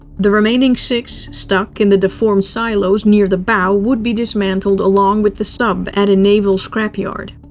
the remaining six so tuck in the deformed silos near the bow would be dismantled along with the sub at a naval scrapyard.